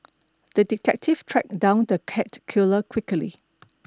the detective tracked down the cat killer quickly